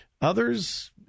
Others